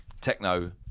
techno